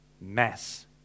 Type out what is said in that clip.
Mass